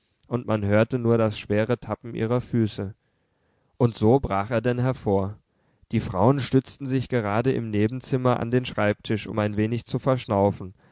und man hörte nur das schwere tappen ihrer füße und so brach er denn hervor die frauen stützten sich gerade im nebenzimmer an den schreibtisch um ein wenig zu verschnaufen